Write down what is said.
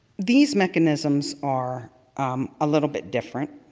these mechanisms are a little bit different.